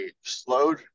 slowed